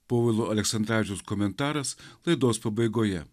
povilo aleksandravičiaus komentaras laidos pabaigoje